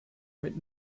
mit